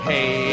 Hey